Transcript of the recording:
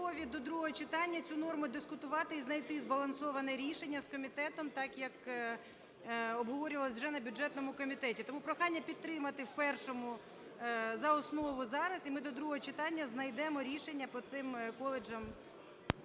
до другого читання цю норму дискутувати і знайти збалансоване рішення з комітетом так, як обговорювалося вже на бюджетному комітеті. Тому прохання підтримати в першому за основу зараз, і ми до другого читання знайдемо рішення по цим коледжам.